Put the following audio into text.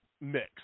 mix